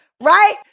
Right